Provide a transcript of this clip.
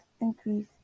increase